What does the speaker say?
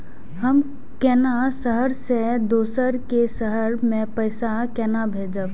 हम केना शहर से दोसर के शहर मैं पैसा केना भेजव?